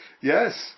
Yes